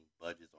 budgets